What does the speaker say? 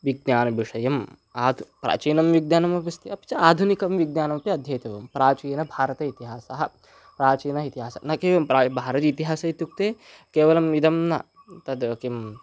विज्ञानविषयम् आत् प्राचीनं विज्ञानम् अपि अस्ति अपि च आधुनिकं विज्ञानमपि अध्येतव्यं प्राचीनभारत इतिहासः प्राचीन इतिहासः न केवलं प्रा भारतीय इतिहासे इत्युक्ते केवलम् इदं न तद् किं